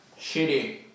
shitty